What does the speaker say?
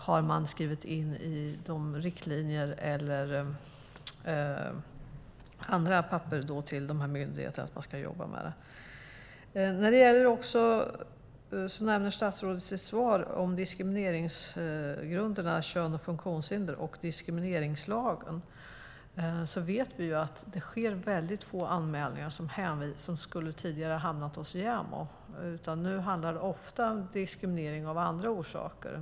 Har man skrivit in i riktlinjerna eller i andra papper till de här myndigheterna att de ska jobba med det? Statsrådet nämner i sitt svar diskrimineringsgrunderna kön och funktionshinder och diskrimineringslagen. Vi vet att det sker väldigt få anmälningar som tidigare skulle ha hamnat hos JämO. Nu handlar det ofta om diskriminering av andra orsaker.